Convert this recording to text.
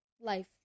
life